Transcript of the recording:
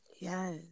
Yes